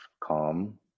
calm